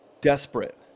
desperate